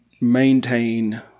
maintain